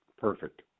Perfect